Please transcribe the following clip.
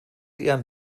ehren